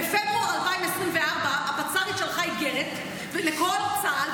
בפברואר 2024 הפצ"רית שלחה איגרת לכל צה"ל.